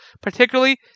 particularly